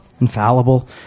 Infallible